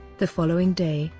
the following day,